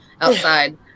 outside